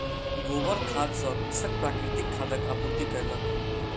गोबर खाद सॅ कृषक प्राकृतिक खादक आपूर्ति कयलक